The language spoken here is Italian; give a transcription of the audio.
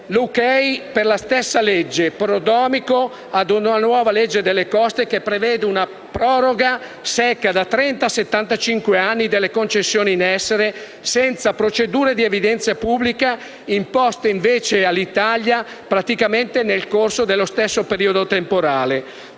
l'ok per la stessa legge, prodromico ad una nuova legge delle coste, che prevede una proroga secca da trenta a settantacinque anni delle concessioni in essere, senza procedure di evidenza pubblica imposte invece per l'Italia praticamente nel corso dello stesso periodo temporale.